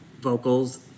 vocals